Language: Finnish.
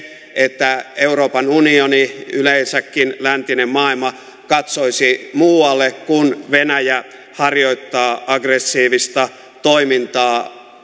että euroopan unioni yleensäkin läntinen maailma katsoisi muualle kun venäjä harjoittaa aggressiivista toimintaa